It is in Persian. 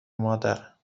مادر